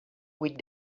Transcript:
with